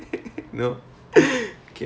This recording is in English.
no